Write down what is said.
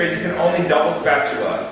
you can only double spatula.